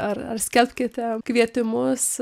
ar ar skelbkite kvietimus